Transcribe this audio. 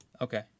Okay